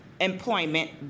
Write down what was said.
employment